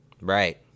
Right